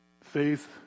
Faith